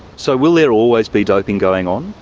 so will there always be doping going on?